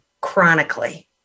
chronically